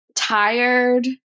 Tired